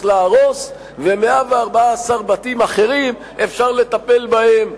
להרוס ו-114 בתים אחרים אפשר לטפל בהם,